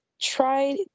try